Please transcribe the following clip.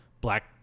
black